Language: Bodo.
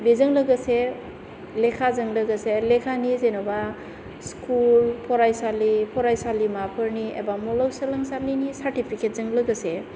बिजों लोगोसे लेखाजों लोगोसे लेखानि जेनेबा स्कुल फरायसालि फरायसालिमाफोरनि एबा मुलुग सोलोंसालिनि सारटिफिकेटजों लोगोसे